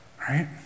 Right